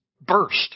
burst